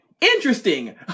interesting